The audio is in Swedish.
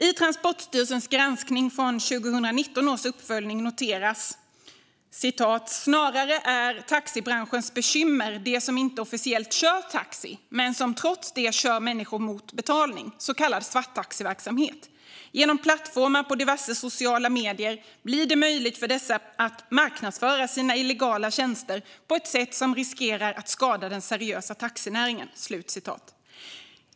I Transportstyrelsens granskning från 2019 års uppföljning noteras: "Snarare är taxibranschens bekymmer de som inte officiellt kör taxi, men som trots det kör människor mot betalning, så kallad svarttaxiverksamhet. Genom plattformar på diverse sociala medier blir det möjligt för dessa att marknadsföra sina illegala tjänster på ett sätt som riskerar att skada den seriösa taxinäringen."